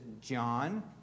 John